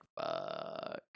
fuck